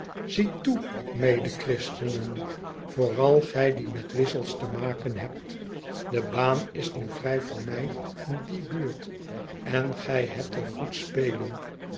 medechristenen vooral gij die met wissels te maken hebt de baan is nu vrij voor mij in die buurt en gij hebt er goed spelen